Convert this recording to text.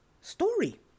story